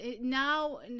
Now